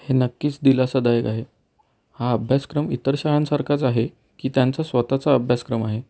हे नक्कीच दिलासदायक आहे हा अभ्यासक्रम इतर शाळांसारखाच आहे की त्यांचा स्वतःचा अभ्यासक्रम आहे